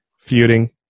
feuding